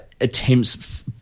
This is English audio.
attempts